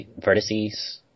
vertices